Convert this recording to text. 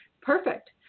perfect